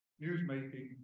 newsmaking